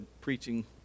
preaching